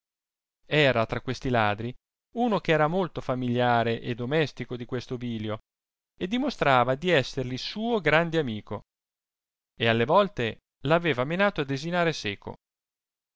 era tra questi ladri uno che era molto familiare e domestico di questo vilio e dimostrava di esserli suo grande amico e alle volte l'aveva menato a desinare seco